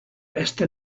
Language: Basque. heste